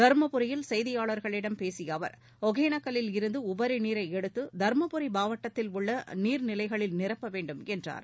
தர்மபுரியில் செய்தியாளர்களிடம் பேசிய அவர் ஒகேனக்கல்லில் இருந்து உபரி நீரை எடுத்து தர்மபுரி மாவட்டத்தில் உள்ள நீர்நிலைகளில் நிரப்ப வேண்டும் என்றார்